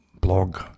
blog